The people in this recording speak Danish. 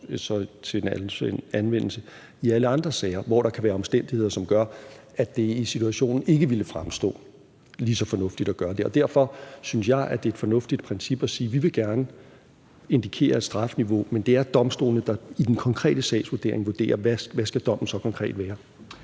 finde anvendelse i alle andre sager, hvor der kan være omstændigheder, som gør, at det i situationen ikke ville fremstå lige så fornuftigt at gøre det. Derfor synes jeg, det er et fornuftigt princip at sige: Vi vil gerne indikere et strafniveau, men det er domstolene, der i den konkrete sagsvurdering vurderer, hvad dommen så konkret skal